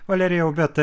valerijau bet